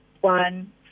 one